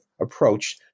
approach